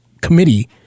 committee